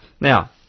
Now